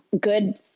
good